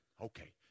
Okay